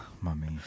Mummy